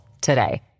today